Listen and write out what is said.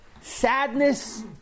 sadness